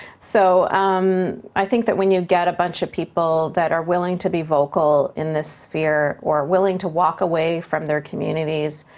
so i think that when you get a bunch of people that are willing to be vocal in this sphere or willing to walk away from their communities,